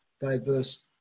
diverse